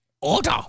Order